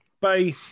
Bye